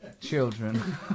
children